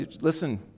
listen